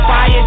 Fire